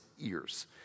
ears